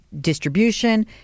distribution